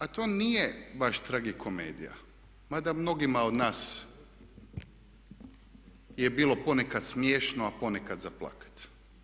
A to nije baš tragikomedija mada mnogima od nas je bilo ponekad smiješno, a ponekad za plakati.